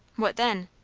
what then?